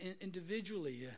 individually